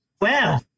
Wow